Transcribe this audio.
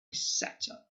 setup